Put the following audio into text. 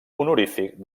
honorífic